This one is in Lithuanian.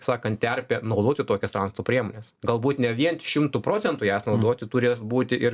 sakant terpė naudoti tokias transporto priemones galbūt ne vien šimtu procentu jas naudoti turės būti ir